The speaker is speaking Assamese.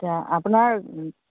আপোনাৰ